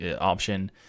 option